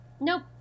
nope